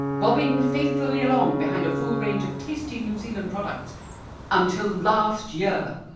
bobbing faithfully along behind a full range of tasty new zealand products until last year!